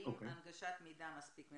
האם הנגשת המידע מספיקה